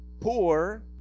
poor